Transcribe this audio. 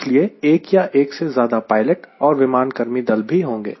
इसलिए एक या एक से ज्यादा पायलट और विमान कर्मी दल भी होंगे